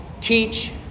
teach